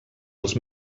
els